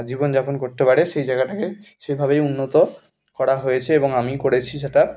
জীবন যাপন করতে পারে সেই জায়গাটাকে সেভাবেই উন্নত করা হয়েছে এবং আমিই করেছি সেটা